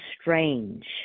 strange